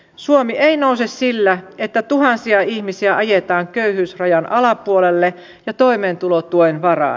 suomi ei nouse sillä että tuhansia ihmisiä ajetaan köyhyysrajan alapuolelle ja toimeentulotuen varaan